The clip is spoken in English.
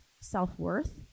self-worth